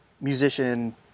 musician